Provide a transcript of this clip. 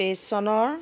তেইছ চনৰ